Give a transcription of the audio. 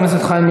אל